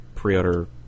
pre-order